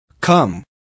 Come